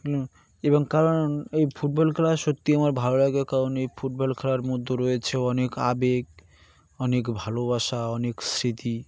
এবং কারণ এই ফুটবল খেলা সত্যিই আমার ভালো লাগে কারণ এই ফুটবল খেলার মধ্যে রয়েছে অনেক আবেগ অনেক ভালোবাসা অনেক স্মৃতি